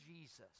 Jesus